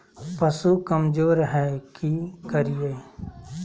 पशु कमज़ोर है कि करिये?